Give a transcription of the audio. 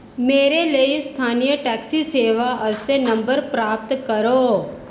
मेरे लेई स्थान्नी टैक्सी सेवा आस्तै नंबर प्राप्त करो